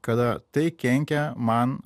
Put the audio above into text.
kada tai kenkia man